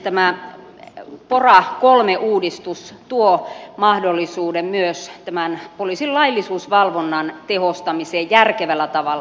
tämä pora iii uudistus tuo mahdollisuuden myös tämän poliisin laillisuusvalvonnan tehostamiseen järkevällä tavalla